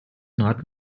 not